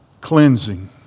Cleansing